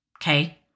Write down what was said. okay